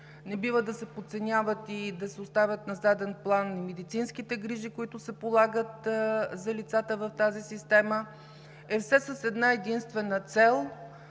не бива да се подценяват и да се оставят на заден план и медицинските грижи, които се полагат за лицата в тази система, е все с една-единствена цел